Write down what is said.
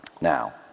Now